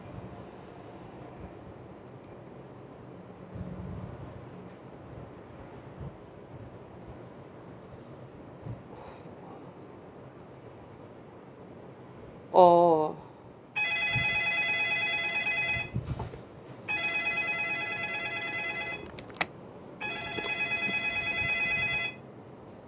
orh